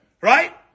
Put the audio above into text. right